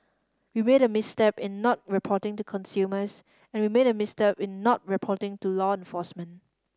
we made a misstep in not reporting to consumers and we made a misstep in not reporting to law enforcement